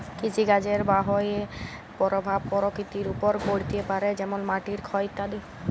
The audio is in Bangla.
কৃষিকাজের বাহয়ে পরভাব পরকৃতির ওপর পড়তে পারে যেমল মাটির ক্ষয় ইত্যাদি